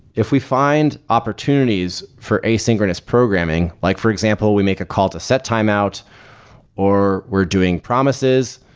if we find opportunities for asynchronous programming, like for example we make a call to set timeout or we're doing promises,